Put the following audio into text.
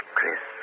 Chris